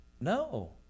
No